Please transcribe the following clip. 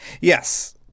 Yes